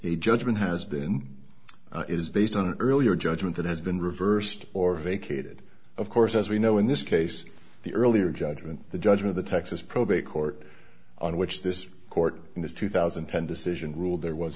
the judgment has been is based on an earlier judgment that has been reversed or vacated of course as we know in this case the earlier judgment the judgment the texas probate court on which this court in this two thousand and ten decision ruled there was